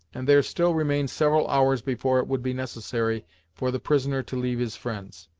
and there still remained several hours before it would be necessary for the prisoner to leave his friends.